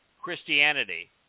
Christianity